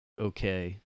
okay